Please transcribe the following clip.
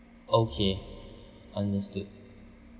okay understood